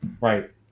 right